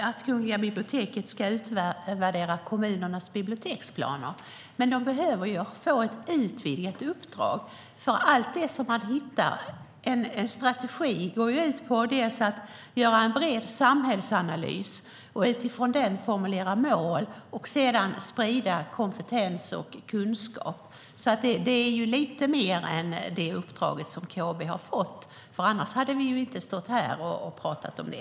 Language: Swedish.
att Kungliga biblioteket ska utvärdera kommunernas biblioteksplaner. Men de behöver få ett utvidgat uppdrag. En strategi går ut på att göra en bred samhällsanalys och utifrån den formulera mål och sedan sprida kompetens och kunskap. Det är lite mer än det uppdrag som KB har fått. Annars hade vi inte stått här och talat om det.